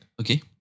Okay